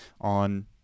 on